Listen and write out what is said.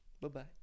Bye-bye